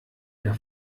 der